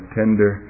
tender